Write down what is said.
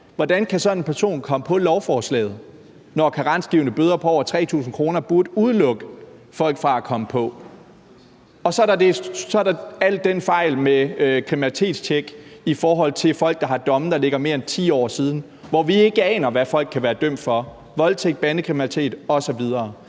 Hvordan kan sådan en person komme på lovforslaget, når karensgivende bøder på over 3.000 kr. burde udelukke folk fra at komme på? Så er der alle de fejl med kriminalitetstjek i forhold til folk, der har domme, der ligger mere end 10 år tilbage, hvor vi ikke aner, hvad folk kan være dømt for – voldtægt, bandekriminalitet osv.